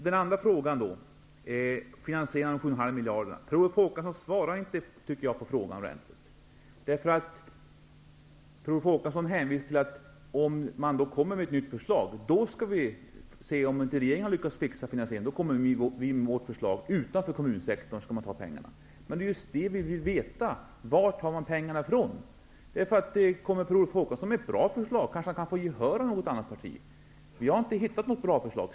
Den andra frågan, om finansieringen av de 7,5 miljarderna, svarar Per Olof Håkansson inte ordentligt på, tycker jag. Per Olof Håkansson hänvisar till att om regeringen kommer med ett nytt förslag utan att ha lyckats fixa finansieringen, då kommer man med sitt förslag. Utanför kommunsektorn skall man ta pengarna. Det är just det vi vill veta. Varifrån tar man pengarna? Kommer Per Olof Håkansson med ett bra förslag kanske han kan få gehör av något annat parti. Vi har inte hittat något bra förslag.